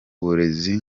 burezi